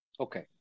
Okay